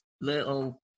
little